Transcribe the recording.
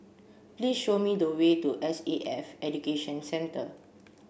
please show me the way to S A F Education Centre